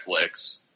Netflix